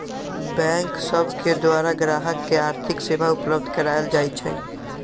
bank सब के द्वारा गाहक के आर्थिक सेवा उपलब्ध कराएल जाइ छइ